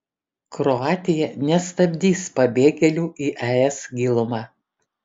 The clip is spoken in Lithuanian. kroatija nestabdys pabėgėlių į es gilumą